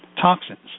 toxins